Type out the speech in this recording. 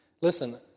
Listen